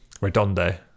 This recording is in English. Redondo